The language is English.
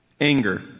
Anger